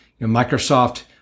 Microsoft